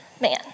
man